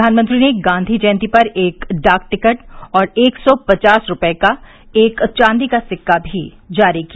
प्रधानमंत्री ने गांधी जयंती पर एक डाक टिकट व एक सौ पचास रूपये का एक चॉदी का सिक्का भी जारी किया